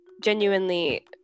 genuinely